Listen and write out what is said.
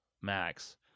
Max